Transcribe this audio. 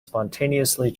spontaneously